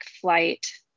flight